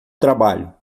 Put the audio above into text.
trabalho